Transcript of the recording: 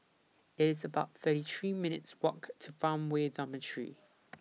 It's about thirty three minutes' Walk to Farmway Dormitory